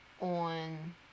on